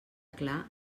clar